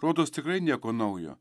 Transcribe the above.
rodos tikrai nieko naujo